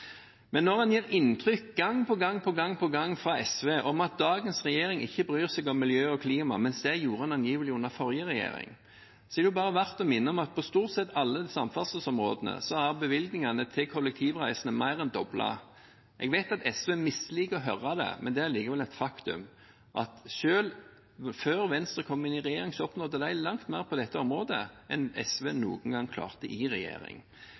men også for å sikre bærekraftige flyplasser. Når man fra SV gang på gang gir inntrykk av at dagens regjering ikke bryr seg om miljø og klima, mens man angivelig gjorde det under forrige regjering, er det verdt å minne om at på stort sett alle samferdselsområdene er bevilgningene til kollektivreisende mer enn doblet. Jeg vet at SV misliker å høre det, men det er likevel et faktum at selv før Venstre kom inn i regjering, oppnådde de langt mer på dette området enn SV noen gang klarte i regjering.